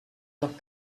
noch